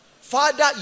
Father